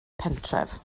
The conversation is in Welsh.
pentref